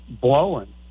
blowing